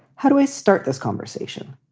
how do i start this conversation?